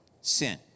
sin